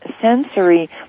sensory